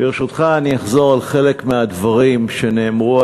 ברשותך, אני אחזור על חלק מהדברים שאמרתי.